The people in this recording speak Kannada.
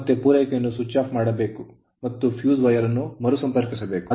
ನಂತರ ಮತ್ತೆ ಪೂರೈಕೆಯನ್ನು ಸ್ವಿಚ್ ಆಫ್ ಮಾಡಬೇಕು ಮತ್ತು ಫ್ಯೂಸ್ ವೈರ್ ಅನ್ನು ಮರುಸಂಪರ್ಕಿಸಬೇಕು